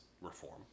reform